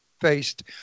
faced